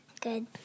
Good